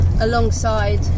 alongside